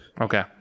okay